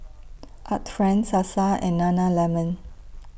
Art Friend Sasa and Nana Lemon